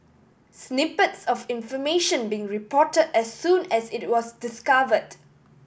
snippets of information being report as soon as it was discovered